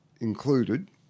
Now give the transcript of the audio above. included